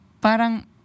Parang